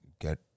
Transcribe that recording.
get